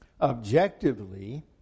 Objectively